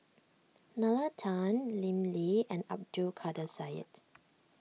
Nalla Tan Lim Lee and Abdul Kadir Syed